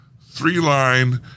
three-line